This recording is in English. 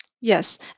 Yes